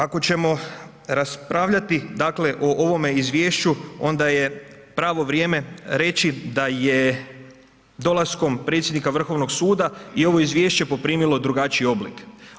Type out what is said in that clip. Ako ćemo raspravljati dakle o ovome izvješću onda je pravo vrijeme reći da je dolaskom predsjednika Vrhovnog suda i ovo izvješće poprimilo drugačiji oblik.